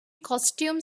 costume